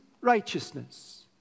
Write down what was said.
righteousness